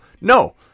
No